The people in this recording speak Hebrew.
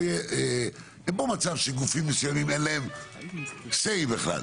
יהיה אין פה מצב שלגופים מסוימים אין סיי בכלל,